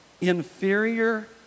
inferior